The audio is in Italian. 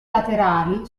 laterali